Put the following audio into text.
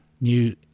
new